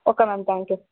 okay ma'am thank you